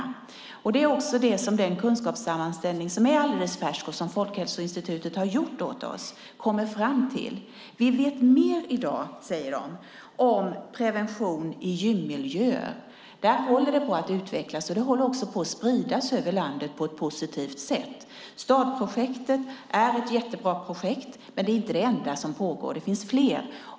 Det är det som Folkhälsoinstitutet i den kunskapssammanställning som är alldeles färsk och som institutet har gjort åt oss kommer fram till. Vi vet mer i dag, säger de, om prevention i gymmiljö. Där håller det på att utvecklas, och det håller på att spridas över landet på ett positivt sätt. Startprojektet är ett jättebra projekt, men det är inte det enda som pågår, det finns fler.